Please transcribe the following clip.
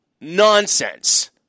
nonsense